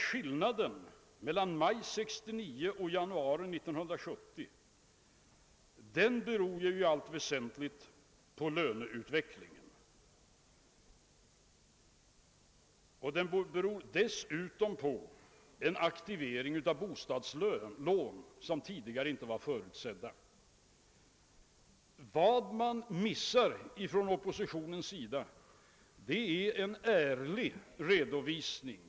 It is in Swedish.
Skillnaden mellan maj 1969 och januari 1970 beror i allt väsentligt på löneutvecklingen, men dessutom på en aktivering av bostadslånen som tidigare inte var förutsedd. Vad oppositionen missar är en ärlig redovisning.